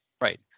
Right